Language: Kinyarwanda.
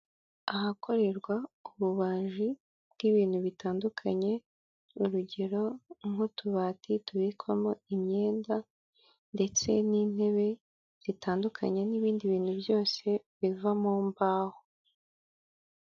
Ahakorerwa ububaji bw'ibintu bitandukanye urugero nk'utubati tubikwamo imyenda ndetse n'intebe zitandukanye n'ibindi bintu byose biva mu mbaho.